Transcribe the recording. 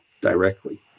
directly